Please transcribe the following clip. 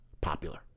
popular